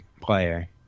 player